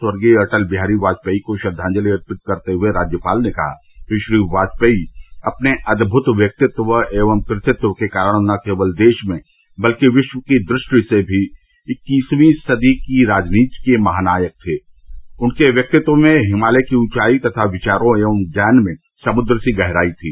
स्वर्गीय अटल बिहारी वाजपेई को श्रद्वांजलि अर्पित करते हुए राज्यपाल ने कहा कि श्री वाजपेई अपने अद्युत व्यक्तित्व एवं कृतित्व के कारण न केवल देश में बल्कि विश्व की दृष्टि से भी इक्कीसवीं सदी की राजनीति के महानायक थे उनके व्यक्तित्व में हिमालय की ऊँचाई तथा विचारों एवं ज्ञान में समुद्द सी गहराई थी